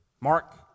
Mark